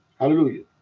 Hallelujah